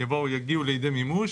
יגיעו לידי מימוש,